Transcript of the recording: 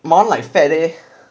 my one like fat leh